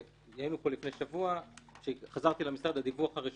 היינו פה לפני שבוע, כשחזרתי למשרד, הדיווח הראשון